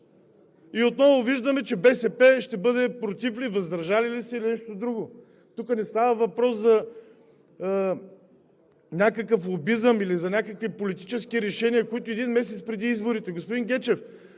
И отново виждаме, че БСП ще бъде против ли, въздържали се ли или нещо друго. Тук не става въпрос за някакъв лобизъм или за някакви политически решения, които един месец преди изборите... Господин Гечев,